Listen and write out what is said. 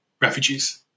refugees